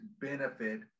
benefit